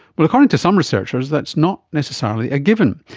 but according to some researchers that's not necessarily a given.